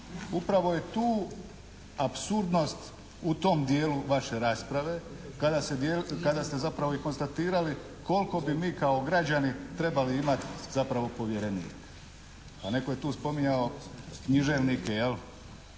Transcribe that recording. Upravo je tu apsurdnost u tom dijelu vaše rasprave kada ste zapravo i konstatirali koliko bi mi kao građani trebali imati zapravo povjerenika. A netko je tu spominjao književnike jel.